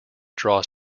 draws